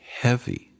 heavy